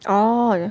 oh